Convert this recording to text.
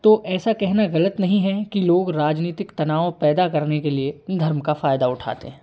तो ऐसा कहना गलत नहीं है कि लोग राजनीतिक तनाव पैदा करने के लिए धर्म का फायदा उठाते हैं